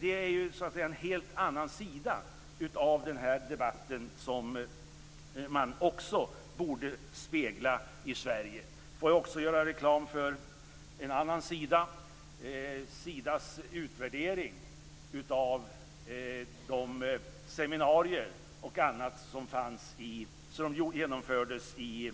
Det är alltså en helt annan sida av den här debatten som man också borde spegla i Jag vill också göra reklam för en annan sida, nämligen Sidas utvärdering av de seminarier och annat som genomfördes i